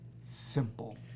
simple